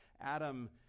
Adam